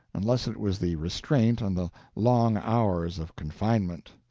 unless it was the restraint and the long hours of confinement.